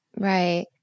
Right